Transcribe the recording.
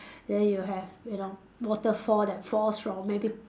then you have you know waterfall that falls from maybe